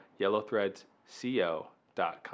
yellowthreadsco.com